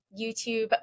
YouTube